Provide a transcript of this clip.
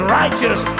righteous